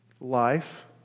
life